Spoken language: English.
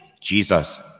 Jesus